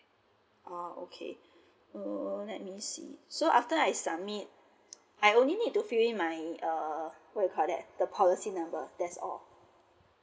oh okay oh oh let me see so after I submit I only need to fill in my uh what you call that the policy number that's all